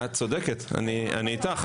את צודקת, אני איתך.